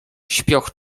śpioch